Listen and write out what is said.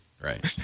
right